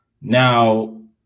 Now